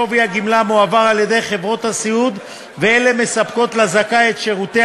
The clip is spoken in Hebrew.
שווי הגמלה מועבר לידי חברות הסיעוד ואלה מספקות לזכאי את שירותי